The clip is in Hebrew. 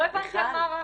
לא הבנתי על מה הרחש.